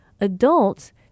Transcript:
adults